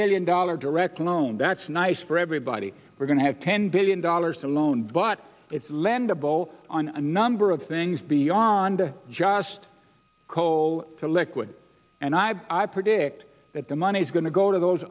billion dollars direct loan that's nice for everybody we're going to have ten billion dollars alone but it's lend a ball on a number of things beyond just coal to liquid and i i predict that the money is going to go to those